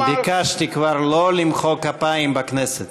ביקשתי לא למחוא כפיים בכנסת.